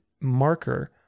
marker